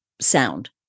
sound